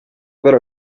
para